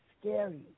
scary